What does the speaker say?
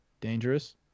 dangerous